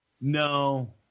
No